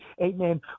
Amen